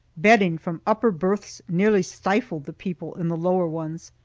bedding from upper berths nearly stifled the people in the lower ones.